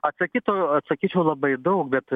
atsakytų atsakyčiau labai daug bet